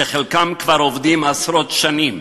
שחלקם כבר עובדים עשרות שנים.